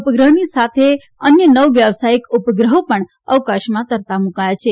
આ ઉપગ્રહની સાથે અન્ય નવ વ્યવસાયિક ઉપગ્રહો પણ અવકાશમાં તરતા મુકાયા છે